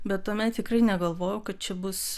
bet tuomet tikrai negalvojau kad čia bus